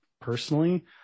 personally